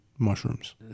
mushrooms